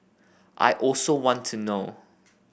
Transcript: I also want to know